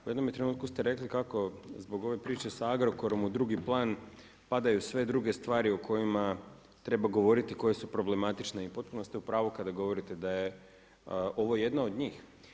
U jednome trenutku ste rekli kako zbog ove priče sa Agrokorom u drugi plan padaju sve druge stvari o kojima treba govoriti koje su problematične i potpuno ste u pravu kada govorite da je ovo jedna od njih.